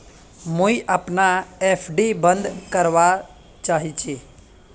मुई अपना एफ.डी बंद करवा चहची